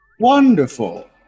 Wonderful